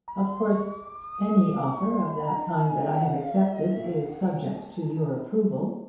of course any offer of that kind that i have accepted is subject to your approval.